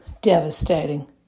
devastating